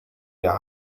der